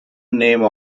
name